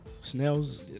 Snails